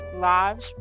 lives